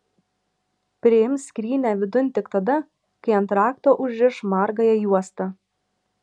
priims skrynią vidun tik tada kai ant rakto užriš margąją juostą